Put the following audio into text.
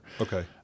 Okay